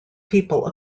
people